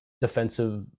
defensive